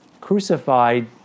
crucified